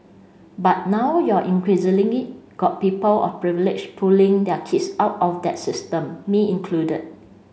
but now you're increasingly got people of privilege pulling their kids out of that system me included